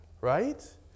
right